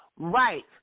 right